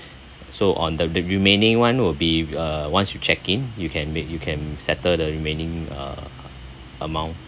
so on the the remaining one will be uh once you check in you can make you can settle the remaining uh amount